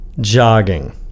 Jogging